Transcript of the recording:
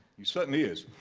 he certainly is.